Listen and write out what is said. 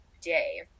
day